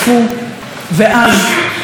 ואז גם ננצח.